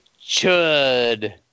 Chud